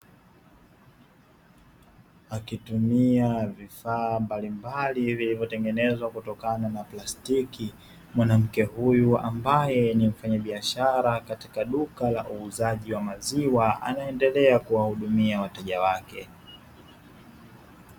Akitumia vifaa mbalimbali vilivyotengenezwa kutokana na plastiki, mwanamke huyu ambaye ni mfanyabiashara katika duka la uuzaji wa maziwa anaendelea kuwahudumia wateja wake.